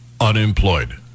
unemployed